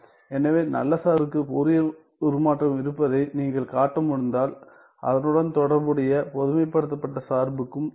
எனவே நல்ல சார்புக்கு ஃபோரியர் உருமாற்றம் இருப்பதை நீங்கள் காட்ட முடிந்தால் அதனுடன் தொடர்புடைய பொதுமைப்படுத்தப்பட்ட சார்புக்கும் இருக்கும்